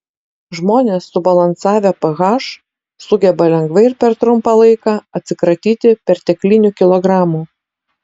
žmonės subalansavę ph sugeba lengvai ir per trumpą laiką atsikratyti perteklinių kilogramų